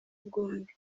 bw’undi